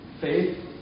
Faith